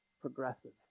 progressive